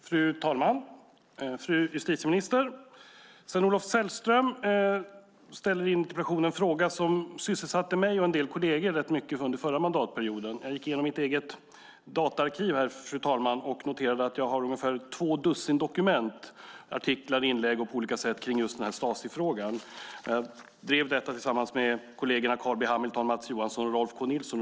Fru talman, fru justitieminister! Sven-Olof Sällström ställer i sin interpellation en fråga som rätt mycket sysselsatte mig och en del kolleger under förra mandatperioden. Jag har, fru talman, gått igenom mitt eget dataarkiv och noterade då att jag har ungefär två dussin dokument - artiklar, inlägg och annat - om just den här Stasifrågan. Förra mandatperioden drev jag frågan tillsammans med kollegerna Carl B Hamilton, Mats Johansson och Rolf K Nilsson.